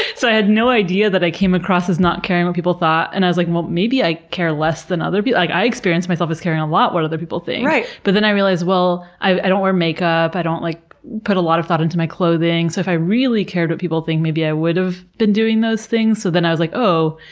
so i i had no idea that i came across as not caring what people thought. and i was like, well, maybe i care less than other people. like i experience myself as caring a lot what other people think. right! but then i realized, well, i don't wear makeup, i don't like put a lot of thought into my clothing, so if i really cared what people think maybe i would've been doing those things. so then i was like, oh.